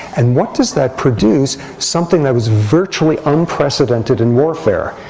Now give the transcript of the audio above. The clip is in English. and what does that produce? something that was virtually unprecedented in warfare.